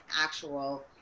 actual